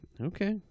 okay